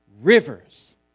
rivers